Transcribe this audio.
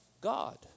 God